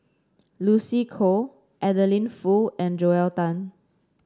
Lucy Koh Adeline Foo and Joel Tan